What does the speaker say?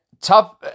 tough